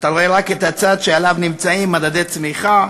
אתה רואה רק את הצד שעליו נמצאים מדדי צמיחה,